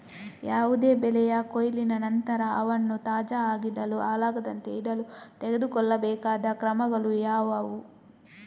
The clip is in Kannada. ಯಾವುದೇ ಬೆಳೆಯ ಕೊಯ್ಲಿನ ನಂತರ ಅವನ್ನು ತಾಜಾ ಆಗಿಡಲು, ಹಾಳಾಗದಂತೆ ಇಡಲು ತೆಗೆದುಕೊಳ್ಳಬೇಕಾದ ಕ್ರಮಗಳು ಯಾವುವು?